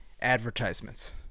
advertisements